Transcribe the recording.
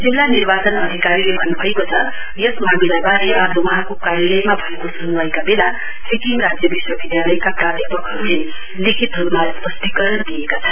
जिल्ला निर्वाचन अधिकारीले भन्नुभएको छ यस मामिलावारे आज वहाँको कार्यलयमा भएको सुनवाईका बेला सिक्किम राज्य विश्वविधालयका प्रध्य्यपकहरुले लिखित रुपमा स्पस्टीकरण दिएका छन्